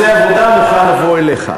בנושא עבודה אני מוכן לבוא אליך.